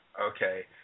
Okay